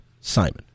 Simon